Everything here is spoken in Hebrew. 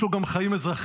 יש לו גם חיים אזרחיים,